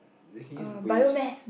they can use waves